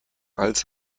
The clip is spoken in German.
als